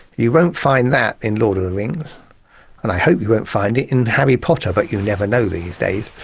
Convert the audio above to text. you won't find that in lord of the rings and i hope you won't find it in harry potter, but you never know these days.